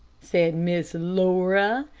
said miss laura.